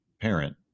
parent